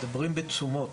מדברים בתשומות.